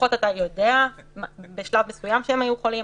לפחות אתה יודע בשלב מסוים שהם היו חולים,